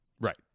Right